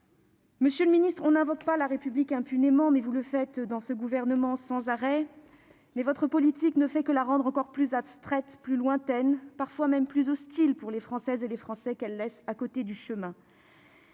Monsieur le ministre, on n'invoque pas la République impunément, même si ce gouvernement le fait sans arrêt. Votre politique ne fait que la rendre plus abstraite, plus lointaine, parfois même plus hostile pour les Françaises et les Français qu'elle laisse sur le côté du chemin.